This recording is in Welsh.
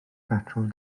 betrol